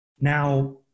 Now